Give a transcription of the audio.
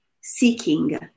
seeking